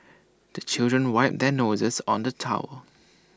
the children wipe their noses on the towel